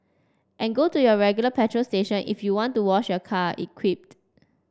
and go to your regular petrol station if you want to wash your car it quipped